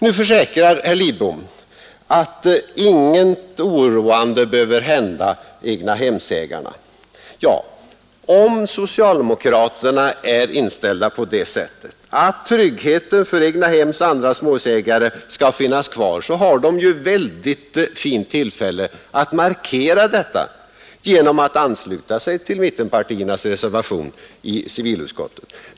Nu försäkrar herr Lidbom att inget oroande behöver hända egnahemsägarna. Om socialdemokraterna är inställda på att tryggheten för egnahemsoch andra småhusägare skall finnas kvar, så finns det ett fint tillfälle att deklarera detta genom att ansluta sig till mittenpartiernas reservation i civilutskottet.